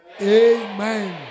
Amen